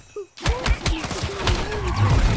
who forced me to go away with him.